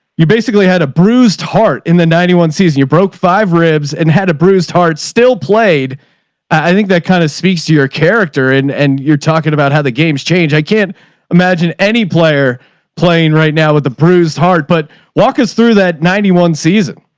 you basically had a bruised heart in the ninety one season, you broke five ribs and had a bruised heart still played. and i think that kind of speaks to your character. and, and you're talking about how the games change. i can't imagine any player playing right now with a bruised heart, but walk us through that ninety one season.